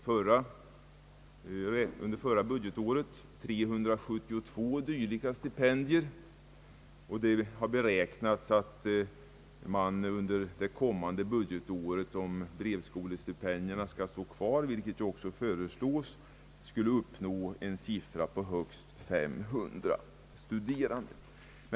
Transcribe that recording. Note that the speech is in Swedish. Förra budgetåret utdelades 372 dylika stipendier, och det har beräknats att antalet brevskolestipendiater under det kommande budgetåret skulle komma att uppgå till högst 500.